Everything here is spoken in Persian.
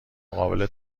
مقابل